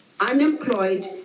Unemployed